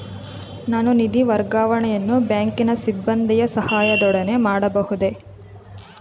ನಾನು ನಿಧಿ ವರ್ಗಾವಣೆಯನ್ನು ಬ್ಯಾಂಕಿನ ಸಿಬ್ಬಂದಿಯ ಸಹಾಯದೊಡನೆ ಮಾಡಬಹುದೇ?